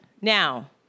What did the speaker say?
Now